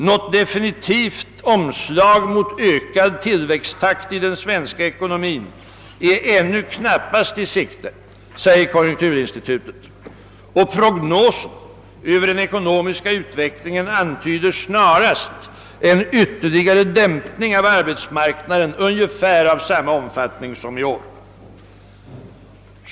Något definitivt omslag mot ökad tillväxttakt i den svenska ekonomin är, enligt konjunkturinstitutet, ännu knappast i sikte, och prognoser över den ekonomiska utvecklingen antyder snarast en ytterligare dämpning av arbetsmarknaden ungefär av samma omfattning som i år.